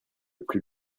plus